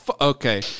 Okay